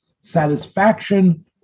satisfaction